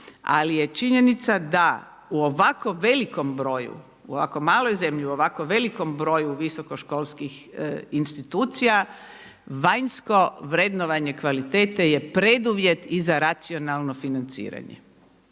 Ali je činjenica da u ovako velikom broju u ovako maloj zemlji, u ovako velikom broju visokoškolskih institucija vanjsko vrednovanje kvalitete je preduvjet i za racionalno financiranje